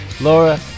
Laura